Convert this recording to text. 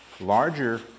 larger